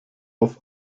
auf